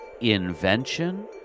invention